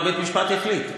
תלוי מה בית-המשפט יחליט.